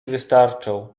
wystarczą